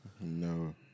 No